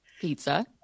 pizza